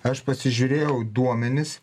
aš pasižiūrėjau duomenis